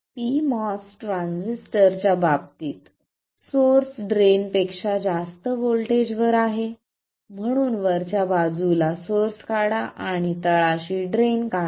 p MOS ट्रान्झिस्टरच्या बाबतीत source ड्रेनपेक्षा जास्त व्होल्टेजवर आहे म्हणून वरच्या बाजूला सोर्स काढा आणि तळाशी ड्रेन काढा